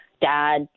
dad